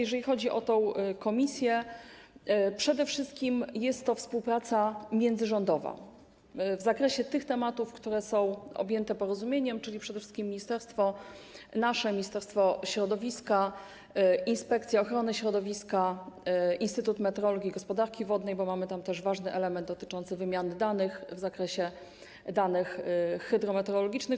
Jeżeli chodzi o tę komisję, przede wszystkim jest to współpraca międzyrządowa w zakresie tych tematów, które są objęte porozumieniem, czyli to przede wszystkim ministerstwo nasze, Ministerstwo Środowiska, Inspekcja Ochrony Środowiska, Instytut Meteorologii i Gospodarki Wodnej, bo mamy tam też ważny element dotyczący wymiany danych w zakresie danych hydrometeorologicznych.